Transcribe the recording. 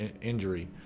injury